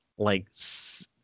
-like